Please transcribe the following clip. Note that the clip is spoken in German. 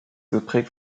geprägt